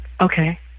okay